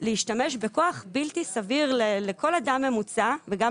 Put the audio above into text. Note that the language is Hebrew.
להשתמש בכוח בלתי סביר לכל אדם ממוצע וגם